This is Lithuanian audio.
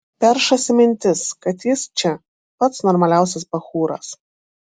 peršasi mintis kad jis čia pats normaliausias bachūras